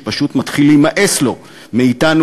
שפשוט מתחיל להימאס לו מאתנו,